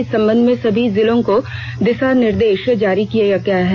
इस संबंध में सभी जिलों को दिशा निर्देश जारी कर दिया गया है